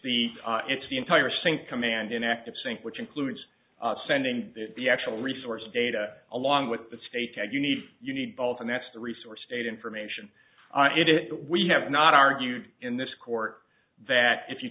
the it's the entire sync command in active sync which includes sending the actual resource data along with the state and you need you need both and that's the resource date information on it it but we have not argued in this court that if you